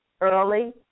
early